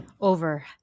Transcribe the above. over